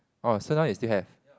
oh so now you still have